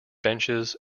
benches